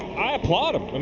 i applaud him.